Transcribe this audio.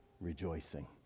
rejoicing